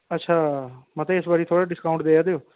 अच्छा मतलब इस बारी थोह्ड़ा डिस्काउंट देआ दे ओ